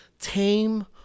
tame